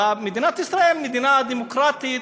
ומדינת ישראל, מדינה דמוקרטית,